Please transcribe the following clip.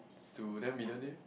Su then middle name